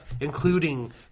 including